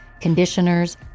conditioners